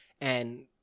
and-